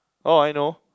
oh I know